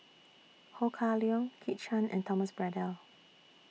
Ho Kah Leong Kit Chan and Thomas Braddell